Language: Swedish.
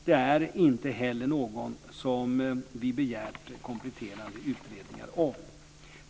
Det är inte heller något som vi begärt kompletterande utredningar om.